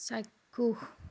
চাক্ষুষ